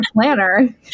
planner